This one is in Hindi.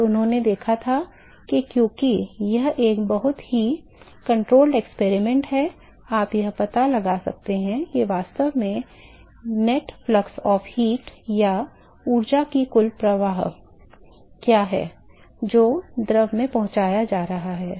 तो उन्होंने देखा कि क्योंकि यह एक बहुत ही नियंत्रित प्रयोग है आप यह पता लगा सकते हैं कि वास्तव में ऊष्मा का कुल प्रवाह या ऊर्जा का कुल प्रवाह क्या है जो द्रव में पहुँचाया गया था